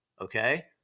Okay